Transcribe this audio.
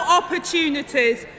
opportunities